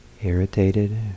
irritated